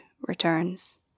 returns